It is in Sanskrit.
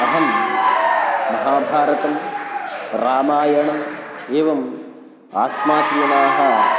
अहं महाभारतं रामायणम् एवम् अस्माकीनाः